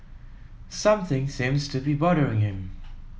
something seems to be bothering him